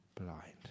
blind